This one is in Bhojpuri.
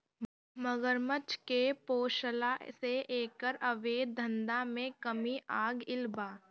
मगरमच्छ के पोसला से एकर अवैध धंधा में कमी आगईल बा